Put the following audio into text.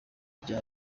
rya